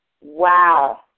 Wow